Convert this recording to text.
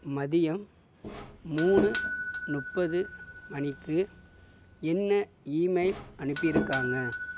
மதியம் மூணு முப்பது மணிக்கு என்ன இமெயில் அனுப்பியிருக்காங்க